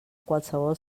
qualsevol